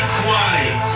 quiet